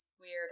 weird